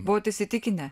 buvot įsitikinę